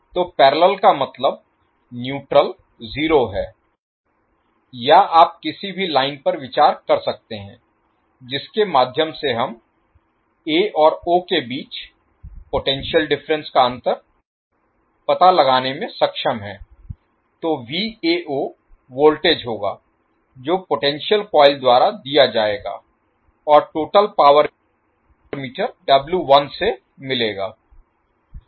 तो पैरेलल का मतलब न्यूट्रल जीरो है या आप किसी भी लाइन पर विचार कर सकते हैं जिसके माध्यम से हम a और o के बीच पोटेंशियल डिफरेंस का अंतर पता लगाने में सक्षम हैं तो वोल्टेज होगा जो पोटेंशियल कॉइल द्वारा दिया जाएगा और टोटल पावर मीटर से मिलेगा